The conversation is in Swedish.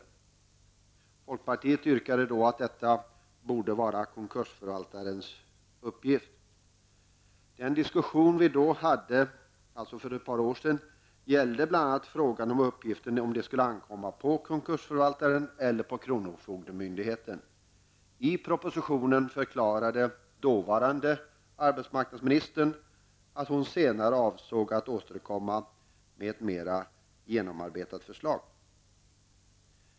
Vi i folkpartiet yrkade att detta borde vara en uppgift för konkursförvaltaren. Den diskussion som vi alltså hade för ett par år sedan gällde bl.a. just frågan huruvida denna uppgift skulle ankomma på konkursförvaltaren eller på kronofogdemyndigheten. I propositionen förklarade dåvarande arbetsmarknadsministern att hon senare avsåg att återkomma med ett mera genomarbetat förslag.